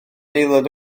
aelod